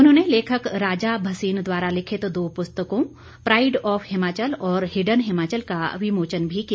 उन्होंने लेखक राजा भसीन द्वारा लिखित दो पुस्तकों प्राईड ऑफ हिमाचल और हीडन हिमाचल का विमोचन भी किया